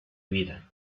vida